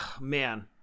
Man